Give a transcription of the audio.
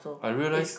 I realize